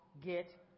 get